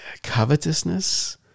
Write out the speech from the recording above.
covetousness